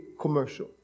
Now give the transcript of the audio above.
commercial